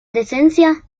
descendencia